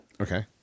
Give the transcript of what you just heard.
Okay